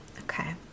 Okay